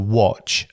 watch